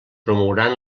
promouran